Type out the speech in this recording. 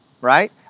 right